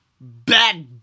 bad